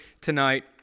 tonight